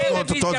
תוציא,